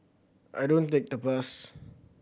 I don't take the bus